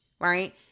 right